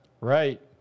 Right